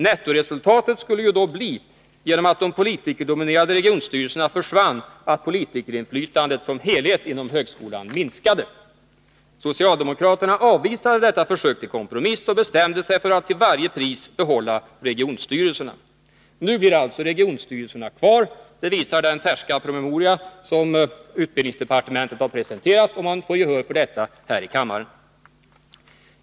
Nettoresultatet skulle då bli, genom att de politikerdominerade regionstyrelserna försvann, att politikerinflytandet som helhet inom högskolan minskade. sig för att till varje pris behålla regionstyrelserna. Nu blir alltså regionstyrelserna kvar. Det visar den färska promemoria som utbildningsdepartementet har presenterat — om man får gehör för detta här i kammaren.